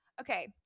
okay